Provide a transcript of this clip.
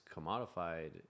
commodified